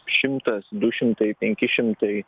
šimtas du šimtai penki šimtai